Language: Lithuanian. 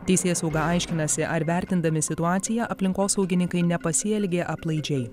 teisėsauga aiškinasi ar vertindami situaciją aplinkosaugininkai nepasielgė aplaidžiai